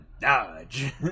dodge